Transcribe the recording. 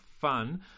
fun